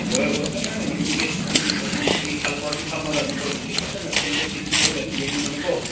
ꯍꯣꯏ ꯍꯣꯏ ꯐꯖꯅ ꯌꯦꯡꯕꯤꯒꯦ ꯃꯤ ꯑꯗꯨ ꯑꯩ ꯍꯦꯜꯄꯔꯁꯨ ꯊꯝꯃꯒ ꯅꯈꯣꯏꯒꯤꯁꯤ ꯐꯖꯅ ꯁꯤꯟꯗꯣꯛ ꯁꯤꯟꯖꯤꯟ ꯇꯧꯔꯒ ꯑꯗꯨꯝ ꯌꯦꯡꯕꯤꯕꯅꯤꯀꯣ